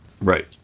Right